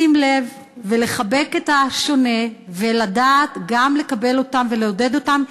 לשים לב ולחבק את השונה ולדעת גם לקבל אותו ולעודד אותו,